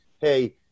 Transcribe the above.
hey